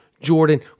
Jordan